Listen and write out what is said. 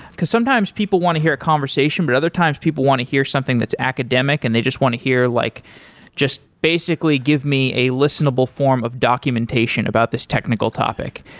because sometimes people want to hear a conversation, but other times people want to hear something that's academic and they just want to hear like just basically give me a listenable form of documentation about this technical topic.